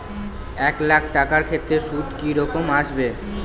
এক লাখ টাকার ক্ষেত্রে সুদ কি রকম আসবে?